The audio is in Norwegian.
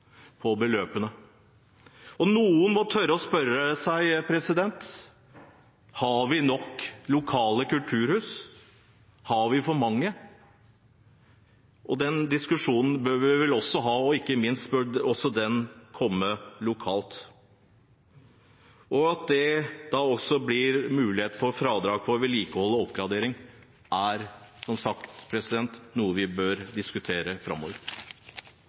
på beløpene. Noen må tørre å spørre seg: Har vi nok lokale kulturhus? Har vi for mange? Den diskusjonen bør vi vel også ha, og ikke minst bør den komme lokalt. At det blir mulighet for fradrag for vedlikehold og oppgradering, er som sagt noe vi bør diskutere framover.